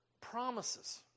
promises